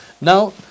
Now